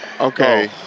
okay